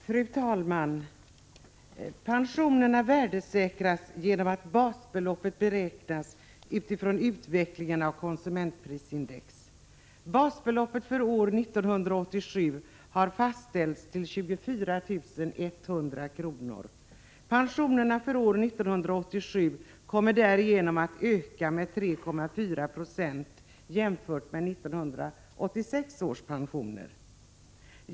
Fru talman! Pensionerna värdesäkras genom att basbeloppet beräknas utifrån utvecklingen av konsumentprisindex. Basbeloppet för år 1987 har fastställts till 24 100 kr. Pensionerna för år 1987 kommer därigenom att öka med 3,4 20 jämfört med 1986 års pensioner.